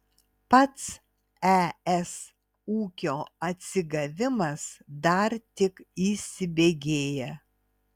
pats es ūkio atsigavimas dar tik įsibėgėja